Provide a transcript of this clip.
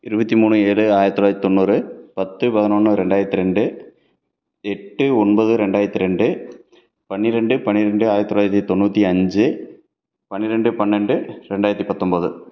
இருபத்தி மூணு ஏழு ஆயிரத்து தொளாயிரத்து தொண்ணூறு பத்து பதினொன்று ரெண்டாயிரத்து ரெண்டு எட்டு ஒன்பது ரெண்டாயிரத்து ரெண்டு பன்னிரெண்டு பன்னிரெண்டு ஆயிரத்து தொளாயிரத்து தொண்ணூற்றி அஞ்சு பன்னிரெண்டு பன்னெண்டு ரெண்டாயிரத்து பத்தொம்போது